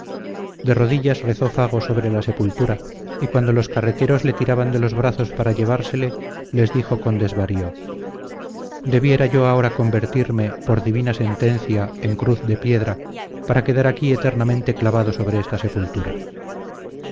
de rodillas rezó fago sobre la sepultura y cuando los carreteros le tiraban de los brazos para llevársele les dijo con desvarío debiera yo ahora convertirme por divina sentencia en cruz de piedra para quedar aquí eternamente clavado sobre esta sepultura